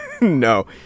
no